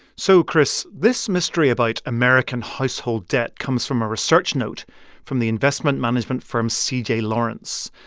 so, chris, this mystery about american household debt comes from a research note from the investment management firm c j. lawrence.